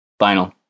Vinyl